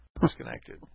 Disconnected